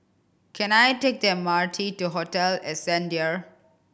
can I take the M R T to Hotel Ascendere